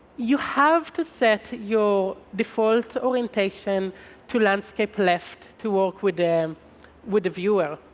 you have to set your default orientation to landscape left to work with ah um with the viewer.